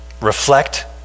reflect